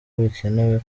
bikenewe